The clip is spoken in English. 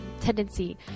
tendency